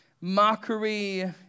mockery